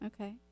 okay